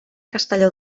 castelló